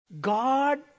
God